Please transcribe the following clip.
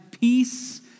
peace